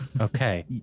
Okay